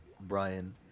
Brian